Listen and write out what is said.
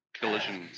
collisions